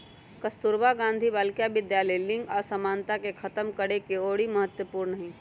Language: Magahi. कस्तूरबा गांधी बालिका विद्यालय लिंग असमानता के खतम करेके ओरी महत्वपूर्ण हई